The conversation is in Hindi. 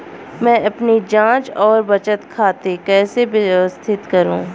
मैं अपनी जांच और बचत खाते कैसे व्यवस्थित करूँ?